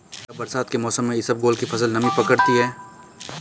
क्या बरसात के मौसम में इसबगोल की फसल नमी पकड़ती है?